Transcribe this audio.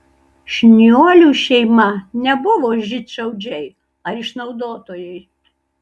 šniuolių šeima nebuvo žydšaudžiai ar išnaudotojai